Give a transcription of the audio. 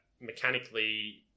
mechanically